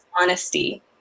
honesty